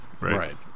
right